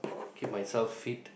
keep myself fit